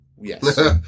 Yes